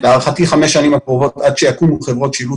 להערכתי חמש השנים הקרובות עד שיקומו חברות שילוט